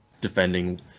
defending